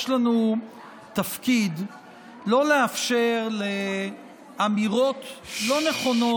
יש לנו תפקיד לא לאפשר לאמירות לא נכונות,